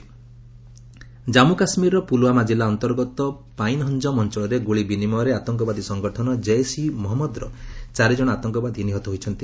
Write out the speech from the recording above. JK encounter ଜାଞ୍ଗୁ କାଶ୍ମୀରର ପୁଲ୍ୱାମା ଜିଲ୍ଲା ଅନ୍ତର୍ଗତ ପାଇନ୍ହଞ୍ଚମ୍ ଅଞ୍ଚଳରେ ଗୁଳି ବିନିମୟରେ ଆତଙ୍କବାଦୀ ସଂଗଠନ କ୍ଜେସ୍ ଇ ମହମ୍ମଦର ଚାରିଜଣ ଆତଙ୍କବାଦୀ ନିହତ ହୋଇଛନ୍ତି